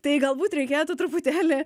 tai galbūt reikėtų truputėlį